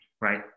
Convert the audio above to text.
right